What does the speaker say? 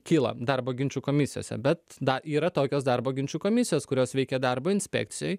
kyla darbo ginčų komisijose bet da yra tokios darbo ginčų komisijos kurios veikia darbo inspekcijoj